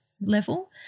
Level